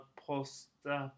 posta